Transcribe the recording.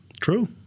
True